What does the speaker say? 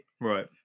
Right